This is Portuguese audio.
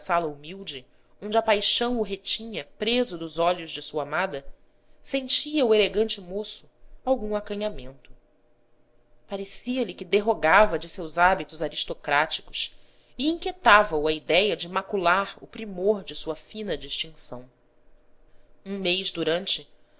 sala humilde onde a paixão o retinha preso dos olhos de sua amada sentia o elegante moço algum acanhamento parecia-lhe que derrogava de seus hábitos aristocráticos e inquietava o a idéia de macular o primor de sua fina distinção um mês durante